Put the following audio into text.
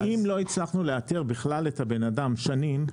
אם לא הצלחנו לאתר בכלל את הבן אדם במשך שנים,